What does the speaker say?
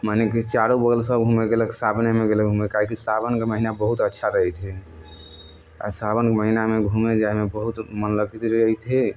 मने कि चारू बगल सभ घूमय गेलक सावनेमे गेलक घूमय काहे कि सावनके महीना बहुत अच्छा रहैत छै आ सावनके महिनामे घूमय जाइमे बहुत मन लगैत रहैत हइ